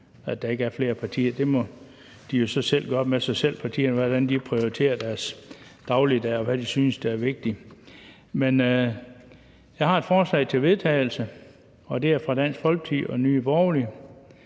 at der ikke er flere partier. Partierne må så gøre op med sig selv, hvordan de prioriterer deres dagligdag, og hvad de synes der er vigtigt. Men jeg har et forslag til vedtagelse. På vegne af Dansk Folkeparti og Nye Borgerlige